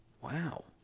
Wow